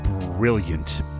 brilliant